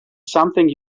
something